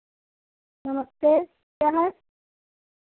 नमस्ते क्या है